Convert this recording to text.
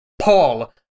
Paul